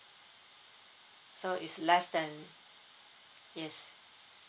so is less than yes